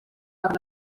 per